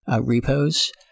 repos